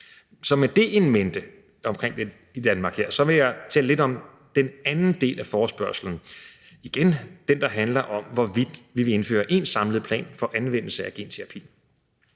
Så med det in mente vil jeg tale lidt om den anden del af forespørgslen, altså den, der handler om, hvorvidt vi vil indføre én samlet plan for anvendelse af genterapi.